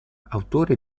autore